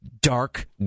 dark